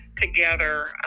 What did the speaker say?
together